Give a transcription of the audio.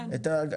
כן.